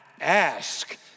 ask